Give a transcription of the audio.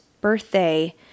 birthday